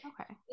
okay